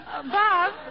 Bob